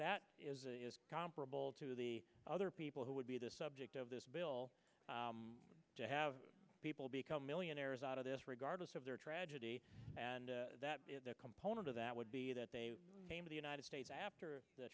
that is comparable to the other people who would be the subject of this bill to have people become millionaires out of this regardless of their tragedy and that component of that would be that they came to the united states after the